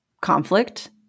conflict